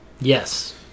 Yes